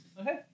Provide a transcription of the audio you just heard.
Okay